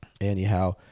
anyhow